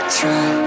try